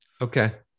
Okay